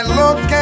look